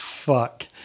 fuck